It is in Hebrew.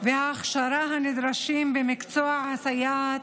וההכשרה הנדרשים במקצוע סייעת,